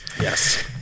Yes